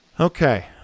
Okay